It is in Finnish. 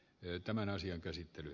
ei tämän asian käsittely